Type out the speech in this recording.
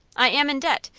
i am in debt,